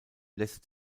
lässt